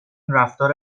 رفتار